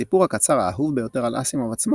הסיפור הקצר האהוב ביותר על אסימוב עצמו